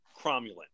cromulent